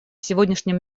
сегодняшнем